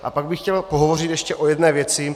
A pak bych chtěl pohovořit ještě o jedné věci.